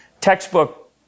textbook